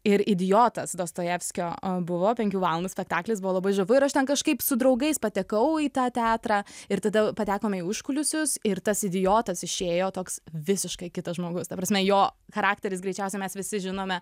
ir idiotas dostojevskio buvo penkių valandų spektaklis buvo labai žavu ir aš ten kažkaip su draugais patekau į tą teatrą ir tada patekome į užkulisius ir tas idiotas išėjo toks visiškai kitas žmogus ta prasme jo charakteris greičiausia mes visi žinome